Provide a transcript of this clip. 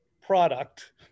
product